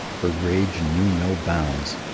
her rage knew no bounds.